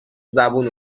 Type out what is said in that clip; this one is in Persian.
زبون